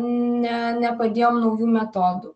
ne nepadėjom naujų metodų